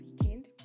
weekend